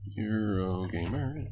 Eurogamer